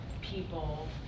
people